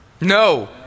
No